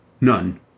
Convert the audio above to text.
none